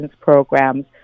programs